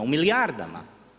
U milijardama.